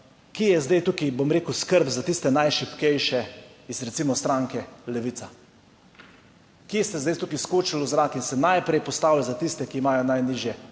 Kje je zdaj, tukaj bom rekel skrb za tiste najšibkejše iz recimo stranke Levica? Kje ste zdaj tukaj skočili v zrak in se najprej postavili za tiste, ki imajo najnižje